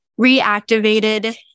reactivated